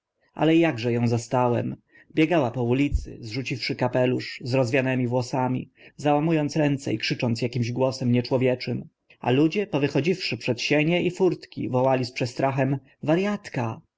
ale akże ą zastałem biegała po ulicy zrzuciwszy kapelusz z rozwianymi włosami załamu ąc ręce i krzycząc akimś głosem nieczłowieczym a ludzie powychodziwszy przed sienie i furtki wołali z przestrachem wariatka